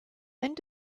and